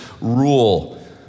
rule